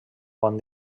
bon